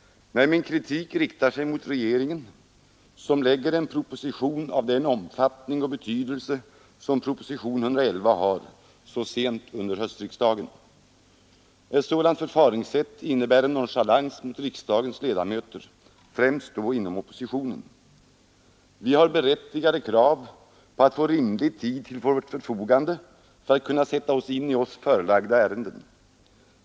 Nej, min kritik riktar sig mot regeringen, som så sent under höstriksdagen framlägger en proposition av den omfattning och betydelse som proposition 111 har. Ett sådant förfaringssätt innebär en nonchalans mot riksdagens ledamöter, främst då inom oppositionen. Vi har berättigade krav på att få rimlig tid till vårt förfogande för att kunna sätta oss in i oss förelagda ärenden.